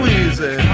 easy